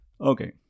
Okay